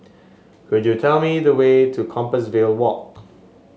could you tell me the way to Compassvale Walk